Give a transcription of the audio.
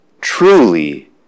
Truly